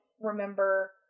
remember